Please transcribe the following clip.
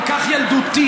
כל כך ילדותית,